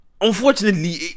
unfortunately